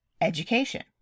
education